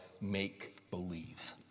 make-believe